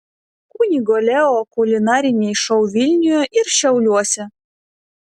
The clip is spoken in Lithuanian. kunigo leo kulinariniai šou vilniuje ir šiauliuose